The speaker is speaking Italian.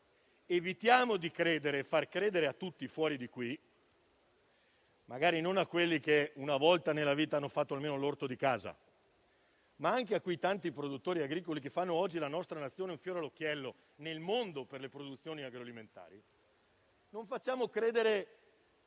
Evitiamo però di far credere cose a tutti fuori di qui, non solo a quelli che almeno una volta nella vita hanno fatto l'orto di casa, ma anche a quei tanti produttori agricoli che rendono oggi la nostra Nazione un fiore all'occhiello nel mondo delle produzioni agroalimentari. Non facciamo credere